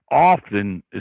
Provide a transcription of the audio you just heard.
often